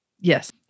Yes